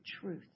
truth